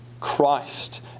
Christ